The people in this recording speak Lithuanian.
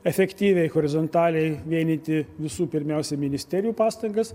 efektyviai horizontaliai vienyti visų pirmiausia ministerijų pastangas